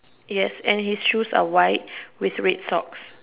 yes and his shoes are white with red socks